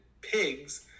pigs